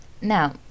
now